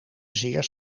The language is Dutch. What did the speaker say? zeer